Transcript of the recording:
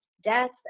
death